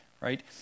right